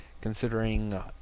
considering